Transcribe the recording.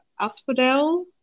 Asphodel